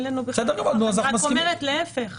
להפך,